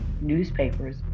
newspapers